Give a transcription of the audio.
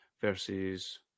versus